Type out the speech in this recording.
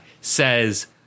says